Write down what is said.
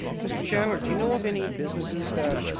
mr. chandler, do you know of any businesses that